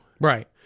Right